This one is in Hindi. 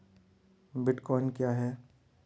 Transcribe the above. बिटकॉइन क्या है?